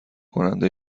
کننده